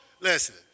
Listen